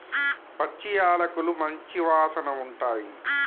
పచ్చి యాలకులు మంచి వాసన ఉంటాయి